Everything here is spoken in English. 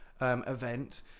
event